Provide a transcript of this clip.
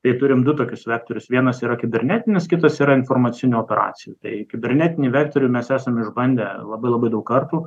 tai turim du tokius vektorius vienas yra kibernetinis kitas yra informacinių operacijų tai kibernetinį vektorių mes esam išbandę labai labai daug kartų